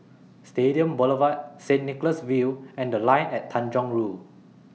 Stadium Boulevard Saint Nicholas View and The Line At Tanjong Rhu